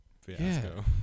fiasco